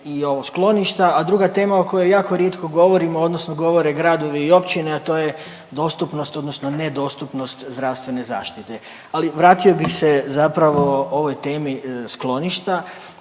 i ovo skloništa, a druga tema o kojoj jako rijetko govorimo odnosno govore gradovi i općine, a to je dostupnost odnosno nedostupnost zdravstvene zaštite. Ali, vratio bih se zapravo ovoj temi skloništa